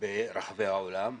ברחבי העולם,